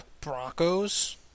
Broncos